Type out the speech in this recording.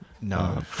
No